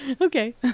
Okay